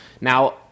Now